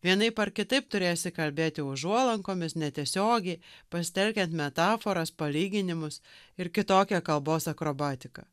vienaip ar kitaip turėsi kalbėti užuolankomis netiesiogiai pasitelkiant metaforas palyginimus ir kitokią kalbos akrobatiką